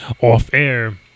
off-air